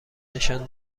نشان